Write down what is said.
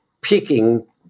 picking